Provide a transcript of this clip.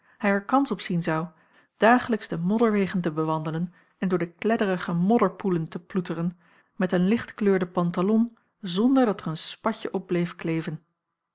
er kans op zien zou dagelijks de modderwegen te bewandelen en door de kledderige modderpoelen te ploeteren met een lichtkleurden pantalon zonder dat er een spatje op bleef kleven